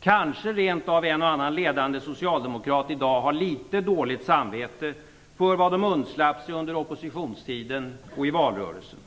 Kanske rent av en och annan ledande socialdemokrat i dag har litet dåligt samvete för vad de undslapp sig under oppositionstiden och i valrörelsen.